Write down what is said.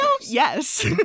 Yes